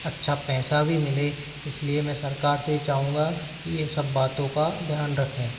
अच्छा पैसा भी मिले इसलिए मैं सरकार से चाहूँगा कि ये सब बातों का ध्यान रखें